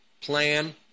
plan